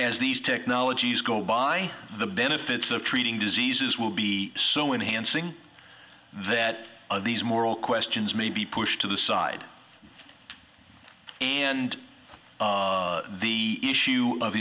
as these technologies go by the benefits of treating diseases will be so enhancing that these moral questions may be pushed to the side and the issue of